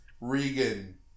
Regan